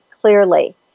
clearly